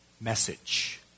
message